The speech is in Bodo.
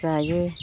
जायो